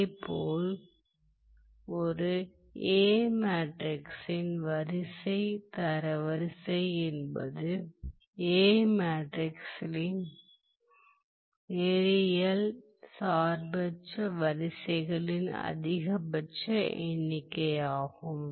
இதேபோல் ஒரு A மேட்ரிக்ஸின் வரிசை தரவரிசை என்பது A மேட்ரிக்ஸின் நேரியல் சார்பற்ற வரிசைகளின் அதிகபட்ச எண்ணிக்கையாகும்